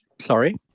sorry